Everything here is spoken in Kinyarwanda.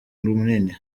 munini